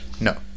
No